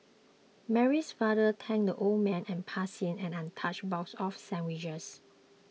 Mary's father thanked the old man and passed him an untouched box of sandwiches